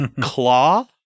claw